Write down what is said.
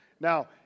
Now